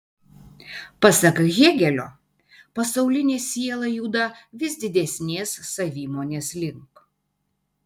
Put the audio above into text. pasak hėgelio pasaulinė siela juda vis didesnės savimonės link